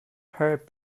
herb